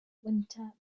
winter